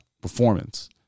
performance